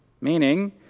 meaning